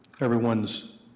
everyone's